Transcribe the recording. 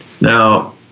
Now